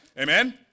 Amen